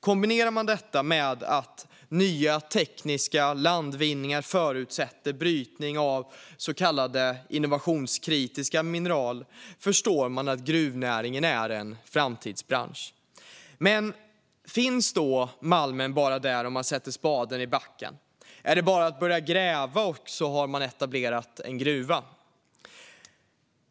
Kombinerar man detta med att nya tekniska landvinningar förutsätter brytning av så kallade innovationskritiska mineral förstår man att gruvnäringen är en framtidsbransch. Men finns då malmen där bara man sätter spaden i backen? Är det bara att börja gräva, och så har man etablerat en gruva?